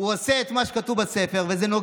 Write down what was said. זו לא